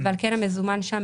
ועל כן המזומן שם,